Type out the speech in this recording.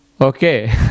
okay